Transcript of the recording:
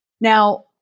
Now